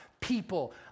people